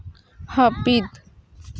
ᱦᱟᱹᱯᱤᱫ